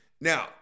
Now